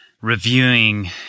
reviewing